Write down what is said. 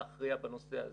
להכריע בנושא הזה.